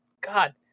God